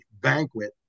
banquet